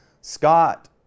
Scott